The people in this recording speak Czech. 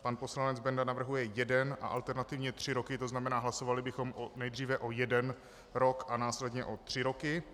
Pan poslanec Benda navrhuje jeden a alternativně tři roky, tzn. hlasovali bychom nejdříve o jeden rok a následně o tři roky.